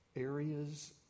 areas